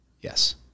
Yes